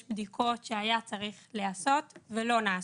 יש בדיקות שהיה צריך לעשות ולא נעשו,